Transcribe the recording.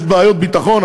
יש בעיות ביטחון,